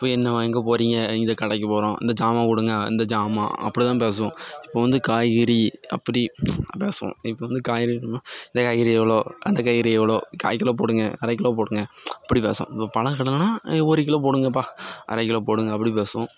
போய் என்ன எங்கே போகிறீங்க இந்த கடைக்கு போகிறோம் அந்த சாமான் கொடுங்க அந்த சாமான் அப்படிதான் பேசுவோம் இப்போ வந்து காய்கறி அப்படி பேசுவோம் இப்போ வந்து காய்கறி வேணும்னா இந்த காய்கறி எவ்வளோ அந்த காய்கறி எவ்வளோ கால்கிலோ போடுங்கள் அரைக்கிலோ போடுங்கள் அப்படி பேசுவோம் இப்போ பழக் கடைலனா ஒரு கிலோ போடுங்கப்பா அரைக்கிலோ போடுங்கள் அப்படி பேசுவோம்